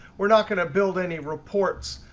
we're not going to build any reports.